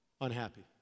unhappy